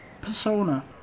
Persona